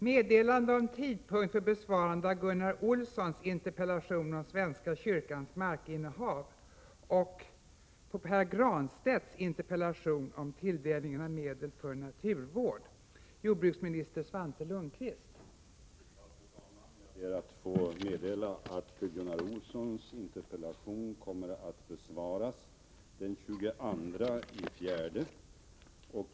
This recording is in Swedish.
I början av året förklarade finansministern på stora affischtavlor att Sverige åter är ett land som betalar för sig gentemot utlandet. Påståendet var fel när det fälldes, eftersom bytesbalansen var negativ i januari liksom i februari. Men det baserades förmodligen på riksbankens bedömning att bytesbalansen visade ett överskott 1984 på 1 miljard kronor.